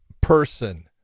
person